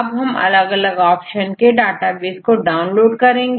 अब हम अलग अलग ऑप्शन के डाटा को डाउनलोड करेंगे